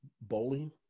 bowling